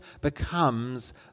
becomes